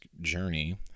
journey